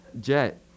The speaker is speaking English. Jet